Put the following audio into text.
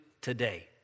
today